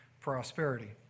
prosperity